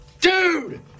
Dude